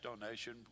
donation